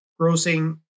grossing